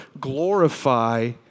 glorify